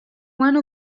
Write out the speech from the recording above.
one